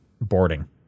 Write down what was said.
boarding